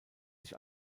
sich